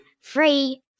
Free